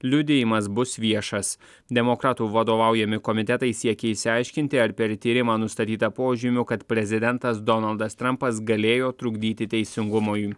liudijimas bus viešas demokratų vadovaujami komitetai siekia išsiaiškinti ar per tyrimą nustatyta požymių kad prezidentas donaldas trampas galėjo trukdyti teisingumui